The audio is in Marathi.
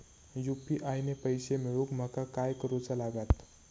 यू.पी.आय ने पैशे मिळवूक माका काय करूचा लागात?